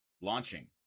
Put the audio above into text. launching